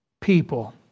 people